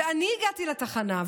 ואני הגעתי לתחנה,